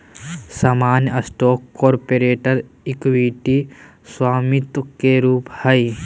सामान्य stock corporate equity स्वामित्व के एक रूप हय